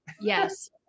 Yes